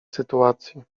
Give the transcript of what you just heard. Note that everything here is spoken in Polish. sytuacji